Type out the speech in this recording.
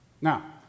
Now